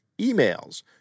emails